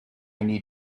need